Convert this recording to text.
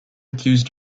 accused